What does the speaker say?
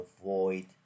avoid